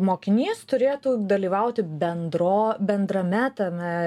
mokinys turėtų dalyvauti bendro bendrame tame